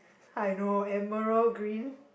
I know emerald green